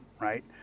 Right